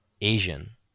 asian